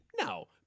No